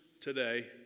today